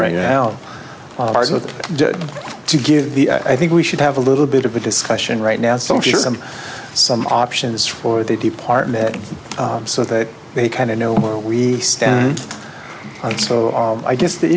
right now are going to give the i think we should have a little bit of a discussion right now so i'm sure some some options for the department so that they kind of know where we stand on so i guess the